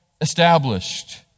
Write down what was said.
established